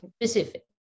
Specific